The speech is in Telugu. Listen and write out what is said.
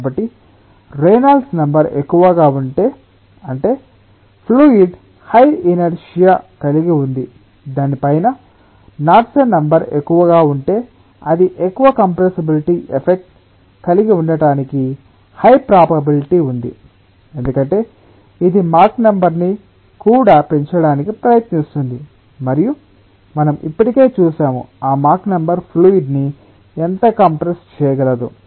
కాబట్టి రేనాల్డ్స్ నెంబర్ ఎక్కువగా ఉంటే అంటే ఫ్లూయిడ్ హై ఇనర్శియా కలిగి ఉంది దాని పైన నాడ్సెన్ నెంబర్ ఎక్కువగా ఉంటే అది ఎక్కువ కంప్రెస్సబిలిటి ఎఫెక్ట్ కలిగి ఉండటానికి హై ప్రాపబిలిటి ఉంది ఎందుకంటే ఇది మాక్ నెంబర్ ని కూడా పెంచడానికి ప్రయత్నిస్తుంది మరియు మనము ఇప్పటికే చూశాము ఆ మాక్ నెంబర్ ఫ్లూయిడ్ ని ఎంత కంప్రెస్ చేయగలదో